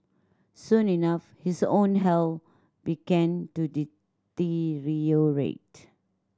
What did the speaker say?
soon enough his own health began to deteriorate